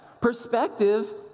Perspective